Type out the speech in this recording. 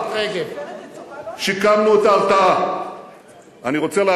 חברת הכנסת רגב.